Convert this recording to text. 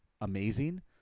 amazing